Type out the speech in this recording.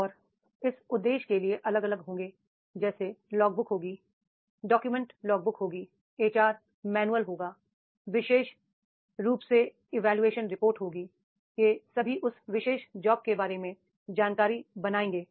और इस उद्देश्य के लिए अलग अलग होंगे जैसे लॉगबुक होगी डाक्यूमेंट्स लॉगबुक होगी एचआर मैनुअल होगा विशेषरूप से इवोल्यूशन रिपोर्ट होगी ये सभी उस विशेष जॉब के बारे में जानकारी बनाएंगे